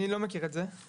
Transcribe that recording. אני לא מכיר את זה.